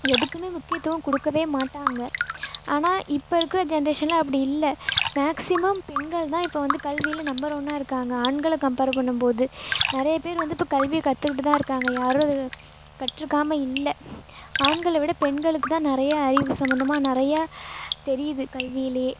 எதுக்குமே முக்கியத்துவம் கொடுக்கவே மாட்டாங்க ஆனால் இப்போ இருக்கிற ஜெண்ட்ரேஷனில் அப்படி இல்லை மேக்ஸிமம் பெண்கள் தான் இப்போ வந்து கல்வியில் நம்பர் ஒன்னாக இருக்காங்க ஆண்களை கம்பேர் பண்ணும்போது நிறையப் பேர் வந்து இப்போ கல்வியை கற்றுக்கிட்டுதான் இருக்காங்க யாரும் கற்றுக்காமல் இல்லை ஆண்களை விட பெண்களுக்கு தான் நிறைய அறிவு சம்பந்தமா நிறைய தெரியுது கல்வியிலே